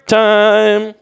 time